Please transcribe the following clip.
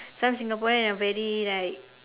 some Singaporean are very like